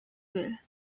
will